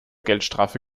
geldstrafe